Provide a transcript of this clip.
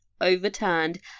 overturned